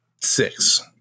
Six